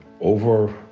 over